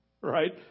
right